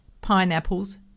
pineapples